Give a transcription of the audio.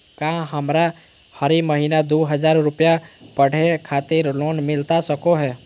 का हमरा हरी महीना दू हज़ार रुपया पढ़े खातिर लोन मिलता सको है?